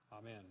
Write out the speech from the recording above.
Amen